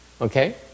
okay